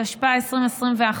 התשפ"א 2021,